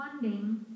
funding